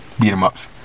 beat-em-ups